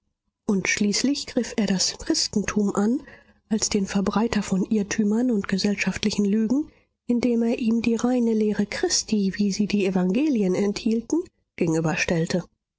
und schließlich griff er das christentum an als den verbreiter von irrtümern und gesellschaftlichen lügen indem er ihm die reine lehre christi wie sie die evangelien enthielten